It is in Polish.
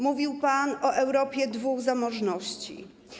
Mówił pan o Europie dwóch zamożności.